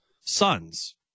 sons